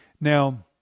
Now